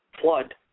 flood